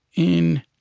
in